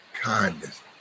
kindness